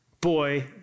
Boy